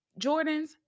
Jordans